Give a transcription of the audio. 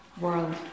world